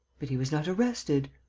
but he was not arrested?